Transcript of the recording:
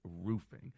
Roofing